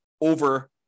over